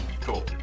Cool